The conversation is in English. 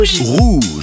Rouge